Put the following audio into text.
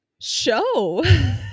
show